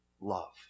Love